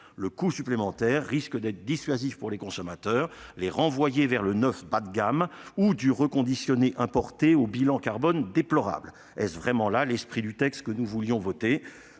Le coût supplémentaire risque d'être dissuasif pour les consommateurs, qui se dirigeront vers du neuf bas de gamme ou du reconditionné importé au bilan carbone déplorable. Est-ce vraiment l'esprit du texte que nous voulions voter ?